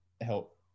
help